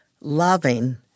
loving